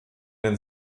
den